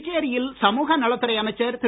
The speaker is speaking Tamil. புதுச்சேரியில் சமூக நலத்துறை அமைச்சர் திரு